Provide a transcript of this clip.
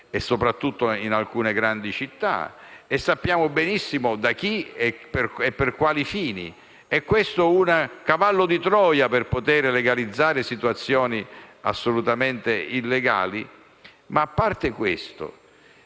soprattutto in alcune grandi città; e sappiamo benissimo da chi e per quali fini sono occupate. Questo è un cavallo di Troia per legalizzare situazioni assolutamente illegali? Ma, a parte questo,